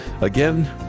again